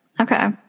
Okay